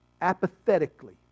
apathetically